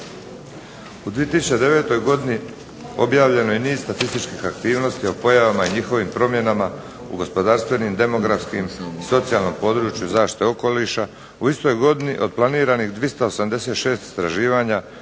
U 2009. godini objavljeno je niz statističkih aktivnosti o pojavama i promjena u gospodarstvenim, demografskim i socijalnom području zaštite okoliša. U istoj godini od planiranih 286 istraživanja